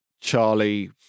Charlie